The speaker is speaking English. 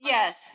Yes